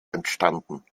entstanden